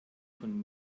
von